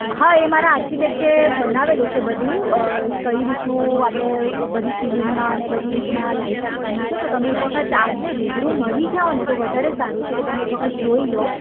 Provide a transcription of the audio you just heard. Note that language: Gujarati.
હા એ મારા આર્કિટેક્ટે બનાવેલું છે બધું કઈ રીતનું આપણે બધી સીલિંગમાં ને બધી રીતના લાઇટ આપવાની છે તો તમે એક વખત આવીને રૂબરૂ મળી જાઓ ને તો વધારે સારું છે કે તમે એક વખત જોઈ લો